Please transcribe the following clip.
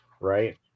Right